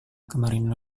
kemarin